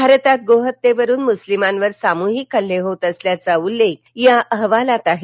भारतात गोहत्येवरून मुस्लीमांवर सामुहिक हल्ले होत असल्याचा उल्लेख या अहवालात आहे